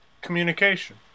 Communication